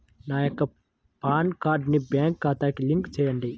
నా యొక్క పాన్ కార్డ్ని నా బ్యాంక్ ఖాతాకి లింక్ చెయ్యండి?